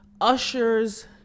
ushers